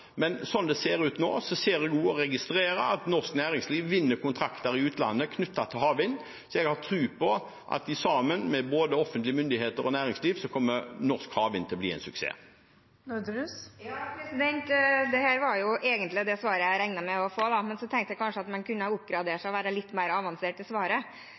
Men sånn det ser ut nå, registrerer jeg at norsk næringsliv vinner kontrakter i utlandet knyttet til havvind. Så jeg har tro på at sammen med både offentlige myndigheter og næringslivet kommer norsk havvind til å bli en suksess. Dette var egentlig det svaret jeg regnet med å få, men jeg tenkte at man kanskje kunne oppgradert seg og vært litt mer avansert i svaret.